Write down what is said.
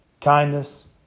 kindness